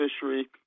fishery